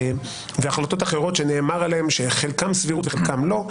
והחלטות אחרות שנאמר עליהן שחלקן סבירות וחלקן לא,